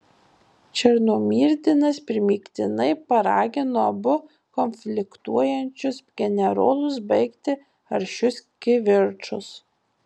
černomyrdinas primygtinai paragino abu konfliktuojančius generolus baigti aršius kivirčus